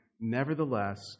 Nevertheless